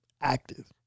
active